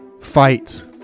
fight